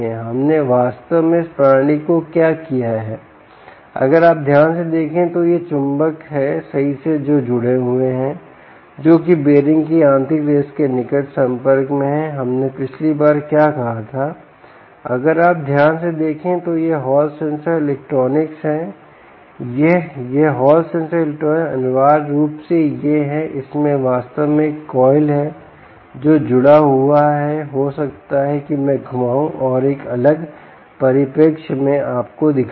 हमने वास्तव में इस प्रणाली को क्या किया है अगर आप ध्यान से देखें तो ये चुम्बक हैं सही जो जुड़े हुए हैं जो कि बीयररिंग की आंतरिक रेस के निकट संपर्क में हैं हमने पिछली बार क्या कहा था अगर आप ध्यान से देखें तो यह हॉल सेंसर इलेक्ट्रॉनिक्स है यह यह हॉल सेंसर इलेक्ट्रॉनिक अनिवार्य रूप से ये है इसमें वास्तव में एक कॉइल है जो जुड़ा हुआ है हो सकता है कि मैं घुमाऊँ और एक अलग परिप्रेक्ष्य में आपको दिखाऊँ